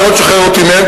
אתה לא תשחרר אותי מהם,